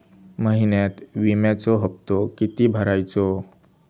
महिन्यात विम्याचो हप्तो किती भरायचो?